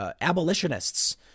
abolitionists